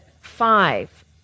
five